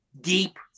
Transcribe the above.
deep